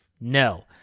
No